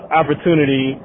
opportunity